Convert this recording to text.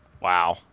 Wow